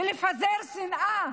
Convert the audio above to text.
בלפזר שנאה